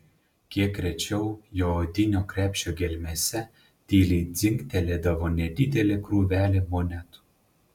kiek rečiau jo odinio krepšio gelmėse tyliai dzingtelėdavo nedidelė krūvelė monetų